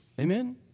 Amen